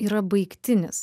yra baigtinis